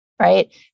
right